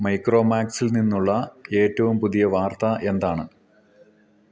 മൈക്രോമാക്സിൽ നിന്നുള്ള ഏറ്റവും പുതിയ വാർത്തയെന്താണ്